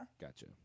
Gotcha